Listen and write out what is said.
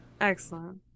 excellent